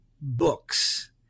books